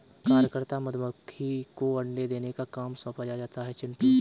कार्यकर्ता मधुमक्खी को अंडे देने का काम सौंपा जाता है चिंटू